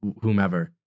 whomever